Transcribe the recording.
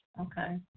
Okay